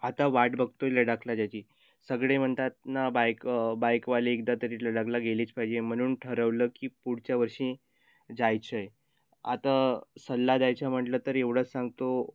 आता वाट बघतो आहे लडाखला जायची सगळे म्हणतात ना बाईक बाईकवाले एकदा तरी लडाखला गेलेच पाहिजे म्हणून ठरवलं की पुढच्या वर्षी जायचं आहे आता सल्ला द्यायचं म्हटलं तर एवढं सांगतो